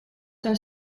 zijn